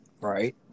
Right